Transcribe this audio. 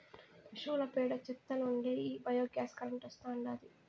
పశువుల పేడ చెత్త నుంచే ఈ బయోగ్యాస్ కరెంటు వస్తాండాది